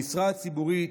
המשרה הציבורית,